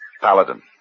Paladin